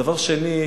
דבר שני,